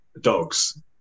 dogs